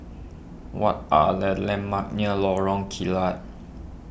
what are the landmarks near Lorong Kilat